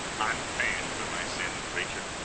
i'm paying for my sins, preacher.